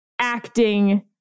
acting